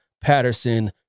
Patterson